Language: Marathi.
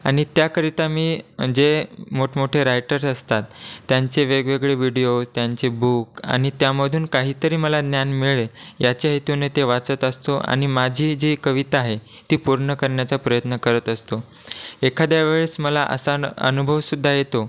आणि त्याकरिता मी म्हणजे मोठमोठे रायटर्स असतात त्यांचे वेगवेगळे विडियोज त्यांचे बुक आणि त्यामधून काहीतरी मला ज्ञान मिळेल ह्याच्या हेतूने ते वाचत असतो आणि माझी जी कविता आहे ती पूर्ण करण्याचा प्रयत्न करत असतो एखाद्या वेळेस मला असा अनु अनुभव सुद्धा येतो